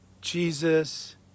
Jesus